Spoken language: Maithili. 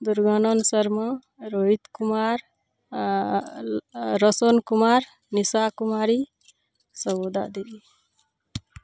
दुर्गानन शर्मा रोहित कुमार आओर रौशन कुमार निशा कुमारी सबगोटा देलियइ